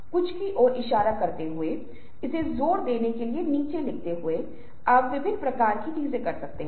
अब यह हमारे उपसंस्कृति का हिस्सा है कि छात्र इन चीजों को विशिष्ट या विशेष तरीके से करते हैं